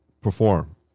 perform